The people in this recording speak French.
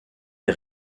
les